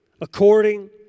according